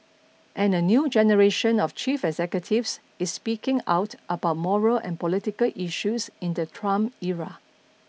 and a new generation of chief executives is speaking out about moral and political issues in the Trump era